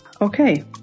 Okay